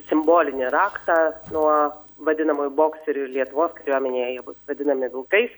simbolinį raktą nuo vadinamųjų bokserių ir lietuvos kariuomenėje jie bus vadinami vilkais